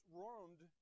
roamed